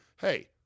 hey